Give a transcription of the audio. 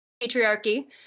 patriarchy